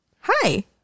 hi